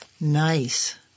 Nice